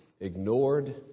ignored